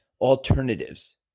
alternatives